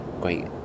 great